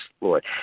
Lord